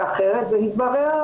התברר,